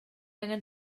angen